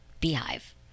beehive